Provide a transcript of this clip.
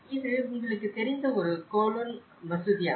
இது உங்களுக்குத் தெரிந்த ஒரு கொலோன் மசூதியாகும்